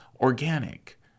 organic